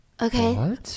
Okay